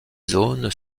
zones